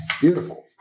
Beautiful